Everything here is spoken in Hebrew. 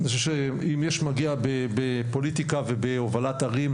אני חושב שאם יש מגיע בפוליטיקה ובהובלת ערים,